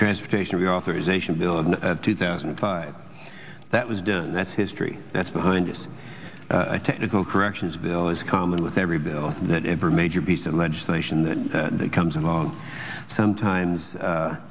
transportation reauthorization bill of two thousand and five that was done that's history that's behind this technical corrections bill is common with every bill that every major piece of legislation that that comes along sometimes